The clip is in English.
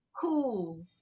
cool